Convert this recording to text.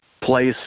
place